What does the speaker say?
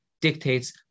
dictates